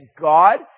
God